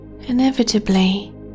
inevitably